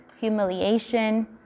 humiliation